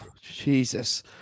Jesus